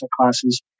classes